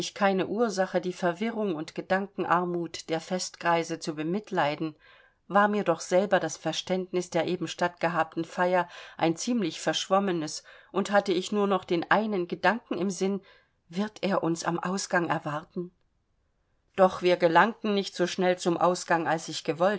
keine ursache die verwirrung und gedankerarmut der festgreise zu bemitleiden war mir doch selber das verständnis der eben stattgehabten feier ein ziemlich verschwommenes und hatte ich nur noch den einen gedanken im sinn wird er uns am ausgang erwarten doch wir gelangten nicht so schnell zum ausgang als ich